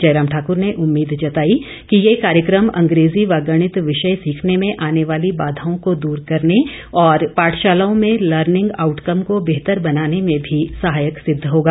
जयराम ठाकूर ने उम्मीद जताई कि यें कार्यक्रम अंग्रेजी व गणित विषय सीखने में आने वाली बाधाओं को दूर करने और पाठशालाओं में लर्निंग आउटकम को बेहतर बनाने में भी सहायक सिद्ध होगा